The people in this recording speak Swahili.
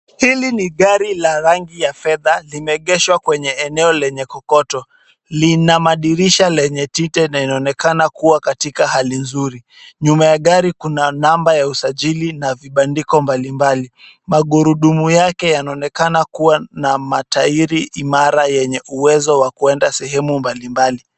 Hili ni gari la rangi ya fedha limegeshwa kwenye eneo lenye kokoto, lina madirisha lenye tita na inaonekana kuwa katika hali nzuri. Nyuma ya gari kuna namba ya usajili na vibandiko mbalimbali. Magurudumu yake yanaonekana kuwa na matairi imara yenye uwezo wa kwenda sehemu mbalimbali.